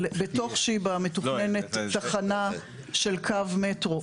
בתוך "שיבא" מתוכננת תחנה של קו מטרו,